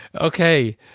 Okay